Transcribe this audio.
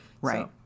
Right